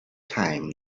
time